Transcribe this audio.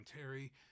Terry